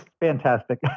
fantastic